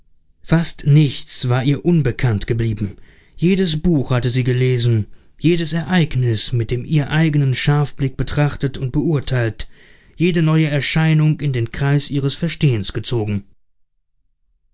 fast nichts war ihr unbekannt geblieben jedes buch hatte sie gelesen jedes ereignis mit dem ihr eigenen scharfblick betrachtet und beurteilt jede neue erscheinung in den kreis ihres verstehens gezogen